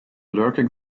lurking